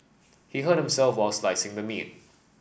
he hurt himself while slicing the meat